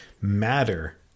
matter